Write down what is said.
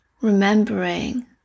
remembering